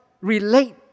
relate